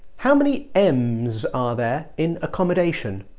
how many m's are there in accommodation?